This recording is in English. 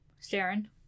Sharon